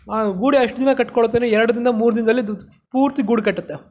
ಆ ಗೂಡು ಎಷ್ಟು ದಿನ ಕಟ್ಕೊಳ್ತಂದ್ರೆ ಎರಡು ದಿನ ಮೂರು ದಿನದಲ್ಲಿ ದೂದ್ ಪೂರ್ತಿ ಗೂಡು ಕಟ್ಟುತ್ತೆ